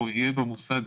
לא אהיה במוסד,